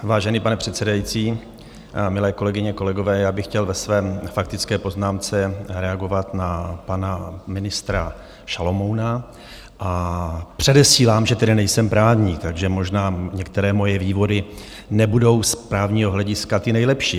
Vážený pane předsedající, milé, kolegyně, kolegové, já bych chtěl ve své faktické poznámce reagovat na pana ministra Šalomouna a předesílám, že tedy nejsem právník, takže možná některé moje vývody nebudou z právního hlediska ty nejlepší.